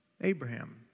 Abraham